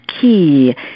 key